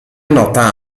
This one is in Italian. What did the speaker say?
nota